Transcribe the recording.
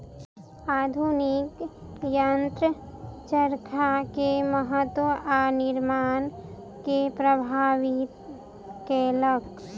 आधुनिक यंत्र चरखा के महत्त्व आ निर्माण के प्रभावित केलक